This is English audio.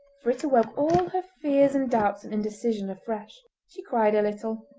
for it awoke all her fears and doubts and indecision afresh. she cried a little,